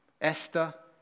Esther